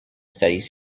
studies